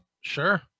sure